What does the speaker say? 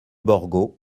borgo